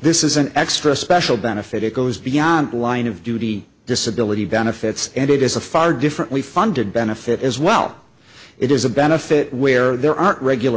this is an extra special benefit it goes beyond the line of duty disability benefits and it is a far differently funded benefit as well it is a benefit where there aren't regular